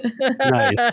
Nice